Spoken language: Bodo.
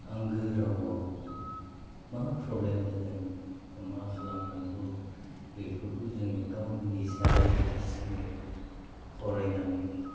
आंगो रावआव मा प्रब्लेम जादों मा खालामनांगौ बेफोरखौ जोङो गाव निजायै हारसिङै फरायनानै